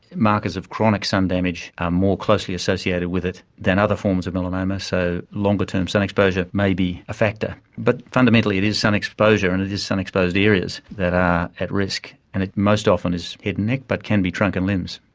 markers of chronic sun damage are more closely associated with it than other forms of melanoma, so longer term sun exposure may be a factor. but fundamentally it is sun exposure and it is sun-exposed areas that are at risk, and it most often is head and neck but can be trunk and limbs.